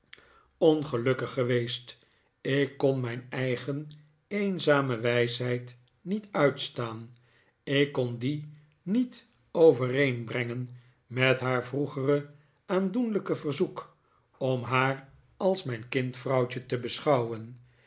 ongelukkig geweest ik kon mijn eigen eenzame wijsheid niet uitstaan ik kon die niet overeenbrengen met haar vroegere aandoenlijke verzoek om haar als mijn kind vrouwtje te beschouwen